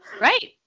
Right